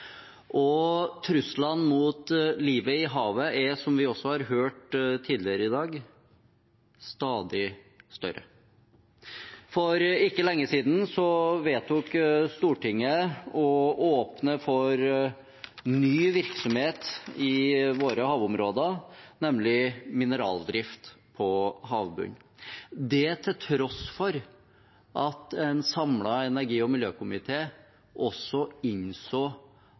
salen. Truslene mot livet i havet er, som vi også har hørt tidligere i dag, stadig større. For ikke lenge siden vedtok Stortinget å åpne for ny virksomhet i våre havområder, nemlig mineraldrift på havbunnen – det til tross for at en samlet energi- og miljøkomité også innså